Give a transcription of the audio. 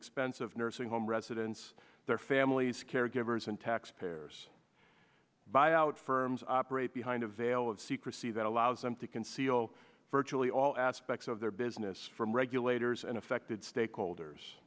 expense of nursing home residents their families caregivers and taxpayers buyout firms operate behind a veil of secrecy that allows them to conceal virtually all aspects of their business from regulators and affected stakeholders